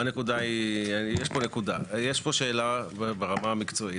יש פה שאלה ברמה המקצועית,